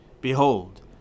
Behold